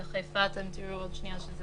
בחיפה אתם תראו שזה